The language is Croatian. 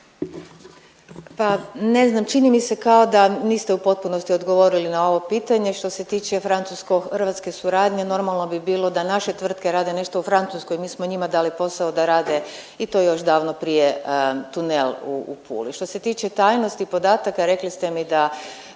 Pa ne znam čini kao da niste u potpunosti odgovorili na ovo pitanje. Što se tiče francusko-hrvatske suradnje normalno bi bilo da naše tvrtke rade nešto u Francuskoj mi smo njima dali posao da rade i to još davno prije tunel u Puli. Što se tiče podataka rekli ste mi da